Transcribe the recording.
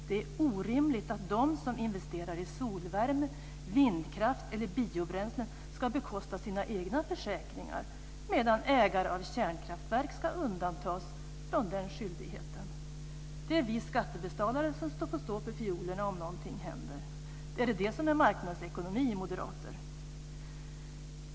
Det är orimligt att de som investerar i solvärme, vindkraft eller biobränsen ska bekosta sina egna försäkringar, medan ägare av kärnkraftverk ska undantas från den skyldigheten. Det är vi skattebetalare som ska stå för fiolerna om någonting händer. Är det det som är marknadsekonomi, moderater?